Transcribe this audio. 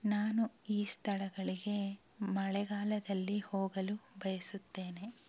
ನಾನು ಈ ಸ್ಥಳಗಳಿಗೆ ಮಳೆಗಾಲದಲ್ಲಿ ಹೋಗಲು ಬಯಸುತ್ತೇನೆ